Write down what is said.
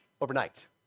overnight